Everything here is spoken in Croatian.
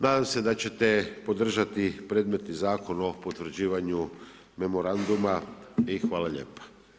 Nadam se da ćete podržati predmetni Zakon o potvrđivanju memoranduma i hvala lijepa.